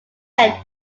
friend